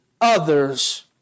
others